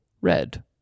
red